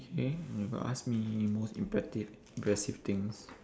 K you got ask me most imperative impressive things